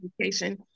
education